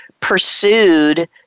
pursued